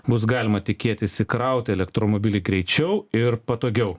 bus galima tikėtis įkrauti elektromobilį greičiau ir patogiau